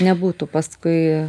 nebūtų paskui